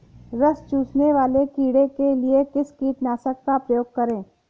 रस चूसने वाले कीड़े के लिए किस कीटनाशक का प्रयोग करें?